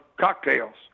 cocktails